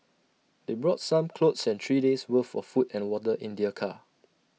they brought some clothes and three days' worth of food and water in their car